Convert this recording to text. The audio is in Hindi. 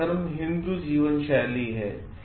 बड़ा धर्म हिन्दू जीवनशैली है